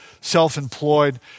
self-employed